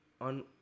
On